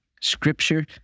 Scripture